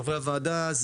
חברי הוועדה,